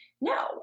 No